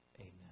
Amen